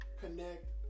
connect